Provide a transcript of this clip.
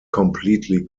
completely